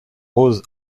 rose